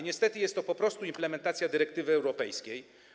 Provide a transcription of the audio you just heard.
Niestety jest to po prostu implementacja dyrektywy europejskiej.